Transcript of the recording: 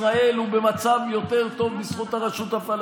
ישראל הוא במצב יותר טוב בזכות הרשות הפלסטינית.